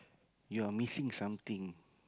you're missing something